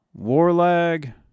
Warlag